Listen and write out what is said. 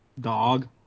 Dog